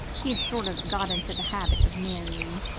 he'd sort of got into the habit of marrying.